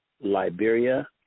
Liberia